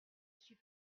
suis